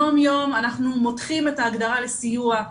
יום יום אנחנו מותחים את ההגדרה לסיוע,